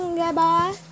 goodbye